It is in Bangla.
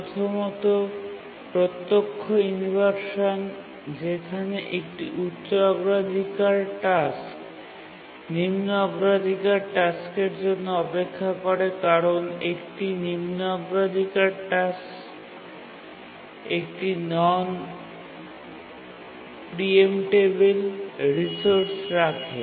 প্রথমত প্রত্যক্ষ ইনভারসান যেখানে একটি উচ্চ অগ্রাধিকার টাস্ক নিম্ন অগ্রাধিকার টাস্কের জন্য অপেক্ষা করে কারণ একটি নিম্ন অগ্রাধিকার টাস্ক একটি নন প্রিএম্পটেবিল রিসোর্স রাখে